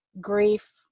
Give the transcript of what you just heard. grief